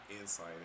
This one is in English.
insight